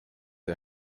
see